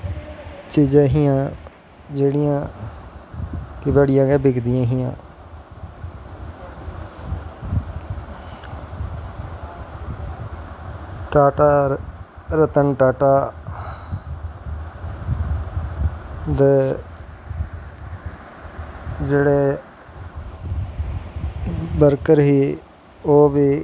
चीज़ां हियां जेह्ड़ियां बड़ियां गै बिकदियां हां टाटा होर रतन टाटा दे जेह्ड़े बर्कर हे ओह् बी